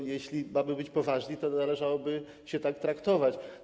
No jeśli mamy być poważni, to należałoby się tak traktować.